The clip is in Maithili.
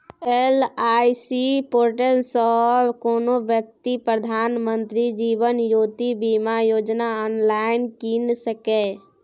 एल.आइ.सी पोर्टल सँ कोनो बेकती प्रधानमंत्री जीबन ज्योती बीमा योजना आँनलाइन कीन सकैए